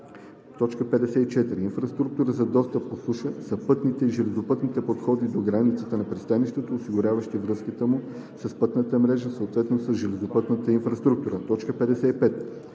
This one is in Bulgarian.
него. 54. „Инфраструктура за достъп по суша“ са пътните и железопътните подходи до границата на пристанището, осигуряващи връзката му с пътната мрежа, съответно с железопътната инфраструктура. 55.